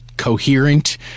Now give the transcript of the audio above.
coherent